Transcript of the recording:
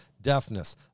deafness